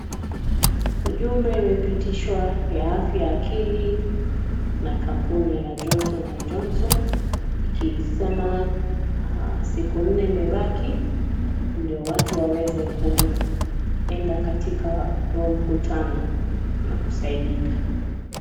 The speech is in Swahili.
Ujumbe umepitishwa ya afya ya akili na kampuni ya Johnson and Johnson ikisema siku nne imebaki ndio watu waweze kuenda katika huo mkutano na kusaidika.